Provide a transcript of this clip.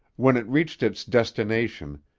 when it reached its destination,